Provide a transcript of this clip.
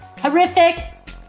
horrific